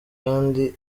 kandi